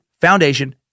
foundation